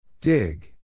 Dig